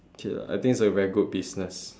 okay lah I think it's a very good business